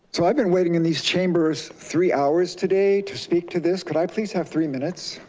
so i've been waiting in these chambers three hours today to speak to this. could i please have three minutes?